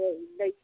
ꯍꯣꯏ ꯂꯩ